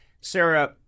Sarah